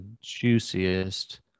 juiciest